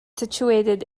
situated